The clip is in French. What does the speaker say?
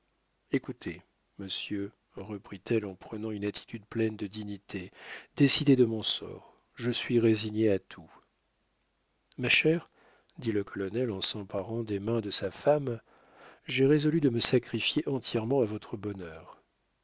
écoutez monsieur reprit-elle en prenant une attitude pleine de dignité décidez de mon sort je suis résignée à tout ma chère dit le colonel en s'emparant des mains de sa femme j'ai résolu de me sacrifier entièrement à votre bonheur